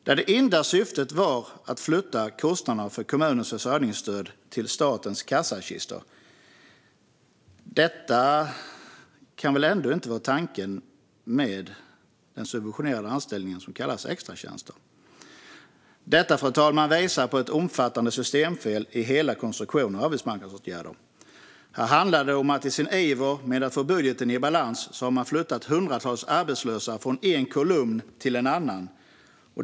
Det enda syftet var att flytta kostnaderna för kommunens försörjningsstöd till statens kassakistor. Detta kan väl ändå inte vara tanken med den subventionerade anställning som kallas extratjänster. Det här, fru talman, visar på ett omfattande systemfel i hela konstruktionen av arbetsmarknadsåtgärder. Här handlar det om att man i sin iver att få budgeten i balans har flyttat hundratals arbetslösa från en kolumn till en annan.